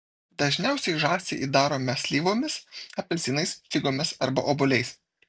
dažniausiai žąsį įdarome slyvomis apelsinais figomis arba obuoliais